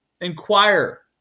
inquire